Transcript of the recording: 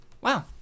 Wow